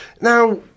Now